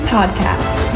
Podcast